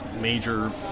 major